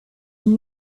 une